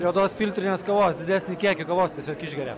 juodos filtrinės kavos didesnį kiekį kavos tiesiog išgeria